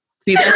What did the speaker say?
See